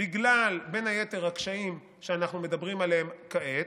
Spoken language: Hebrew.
בין היתר בגלל הקשיים שאנחנו מדברים עליהם כעת,